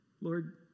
Lord